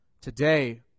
Today